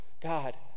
god